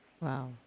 Wow